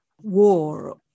war